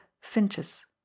Finches